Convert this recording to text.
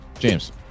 James